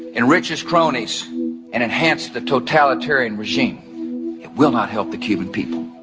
enrich his cronies and enhance the totalitarian regime. it will not help the cuban people.